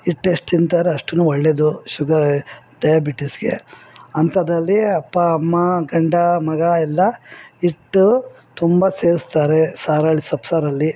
hit ಎಷ್ಟು ತಿಂತಾರೆ ಅಷ್ಟು ಒಳ್ಳೇದು ಶುಗ ಡಯಾಬಿಟೀಸ್ಗೆ ಅಂಥದ್ರಲ್ಲಿ ಅಪ್ಪ ಅಮ್ಮ ಗಂಡ ಮಗ ಎಲ್ಲ ಹಿಟ್ಟು ತುಂಬ ಸೇವಿಸ್ತಾರೆ ಸಾರಲ್ಲಿ ಸೊಪ್ಪು ಸಾರಲ್ಲಿ